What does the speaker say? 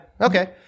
Okay